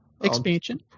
Expansion